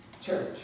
Church